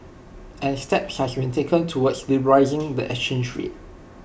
and steps has been taken towards liberalising the exchange rate